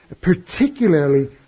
particularly